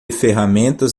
ferramentas